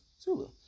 Zulu